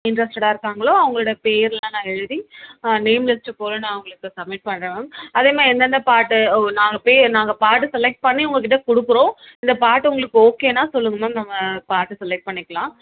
இன்ட்ரெஸ்ட்டடாக இருக்காங்களோ அவங்களோட பேரெலாம் நான் எழுதி நேம் லிஸ்ட்டு போல நான் உங்களுக்கு சப்மிட் பண்ணுறேன் மேம் அதே மாதிரி எந்த எந்த பாட்டு ஓ நாங்கள் போய் நாங்கள் பாட்டு செலக்ட் பண்ணி உங்கள்கிட்ட கொடுக்குறோம் இந்த பாட்டு உங்களுக்கு ஓகேன்னால் சொல்லுங்க மேம் நம்ம பாட்டு செலக்ட் பண்ணிக்கலாம்